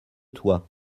toi